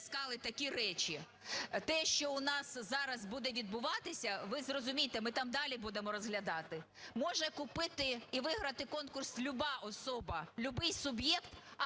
Дякую